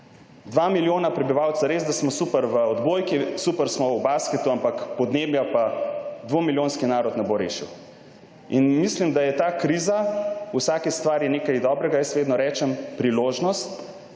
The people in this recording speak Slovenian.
2 milijona prebivalcev, res, da smo super v odbojki, super smo v basketu, ampak podnebja pa dvomilijonski narod ne bo rešil. Mislim, da je ta kriza, v vsaki stvari je nekaj dobrega, jaz vedno rečem, priložnost,